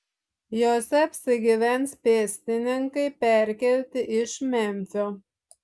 jose apsigyvens pėstininkai perkelti iš memfio